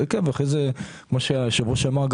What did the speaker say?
כפי שהיושב ראש אמר,